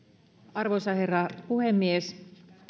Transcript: arvoisa herra puhemies